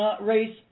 race